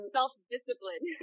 self-discipline